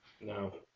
No